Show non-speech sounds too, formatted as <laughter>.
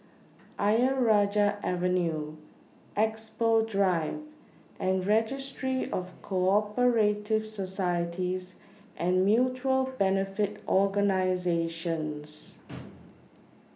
Ayer Rajah Avenue Expo Drive and Registry of Co Operative Societies and Mutual Benefit Organisations <noise>